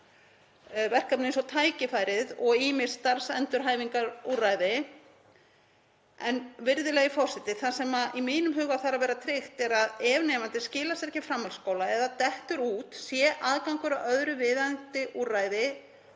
verkefni eins og Tækifærið og ýmis starfsendurhæfingarúrræði. Virðulegi forseti. Það sem í mínum huga þarf að vera tryggt er að ef nemandi skilar sér ekki framhaldsskóla eða dettur út sé aðgangur að öðru viðeigandi úrræði